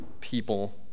people